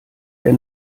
der